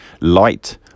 Light